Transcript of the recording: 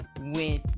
went